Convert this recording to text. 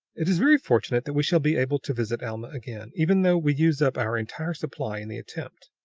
it is very fortunate that we shall be able to visit alma again, even though we use up our entire supply in the attempt.